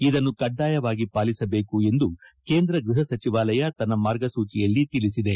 ಇದನ್ನು ಕಡ್ಡಾಯವಾಗಿ ಪಾಲಿಸಬೇಕು ಎಂದು ಕೇಂದ್ರ ಗೃಹ ಸಚಿವಾಲಯ ತನ್ನ ಮಾರ್ಗಸೂಚಿಯಲ್ಲಿ ತಿಳಿಸಿದೆ